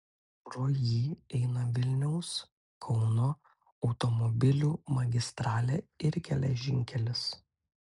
pro jį eina vilniaus kauno automobilių magistralė ir geležinkelis